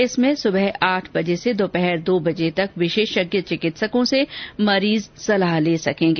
इसमें सुबह आठ बजे से दोपहर दो बजे तक विशेषज्ञ चिकित्सकों से मरीज सलाह ले सकेंगे